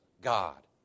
God